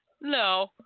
No